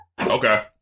Okay